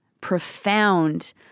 profound